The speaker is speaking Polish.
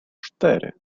cztery